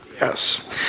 yes